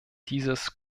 dieses